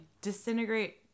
disintegrate